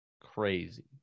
crazy